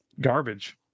garbage